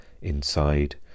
inside